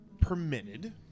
permitted